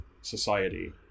society